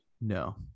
No